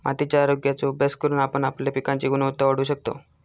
मातीच्या आरोग्याचो अभ्यास करून आपण आपल्या पिकांची गुणवत्ता वाढवू शकतव